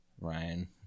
Ryan